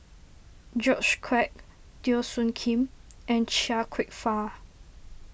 George Quek Teo Soon Kim and Chia Kwek Fah